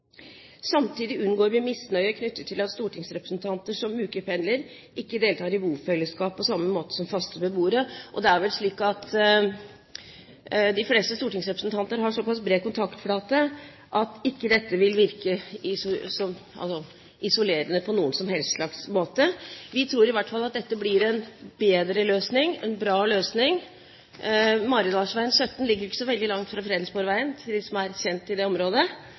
Samtidig unngår vi misnøye knyttet til at stortingsrepresentanter som ukependler, ikke deltar i bofellesskap på samme måte som faste beboere. Og det er vel slik at de fleste stortingsrepresentanter har en så pass bred kontaktflate at dette ikke vil virke isolerende på noen som helst slags måte. Vi tror i hvert fall at dette blir en bedre løsning, og en bra løsning. Maridalsveien 17 ligger ikke så veldig langt fra Fredensborgveien, for dem som er kjent i det området.